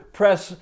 press